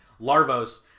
Larvos